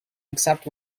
except